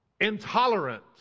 Intolerant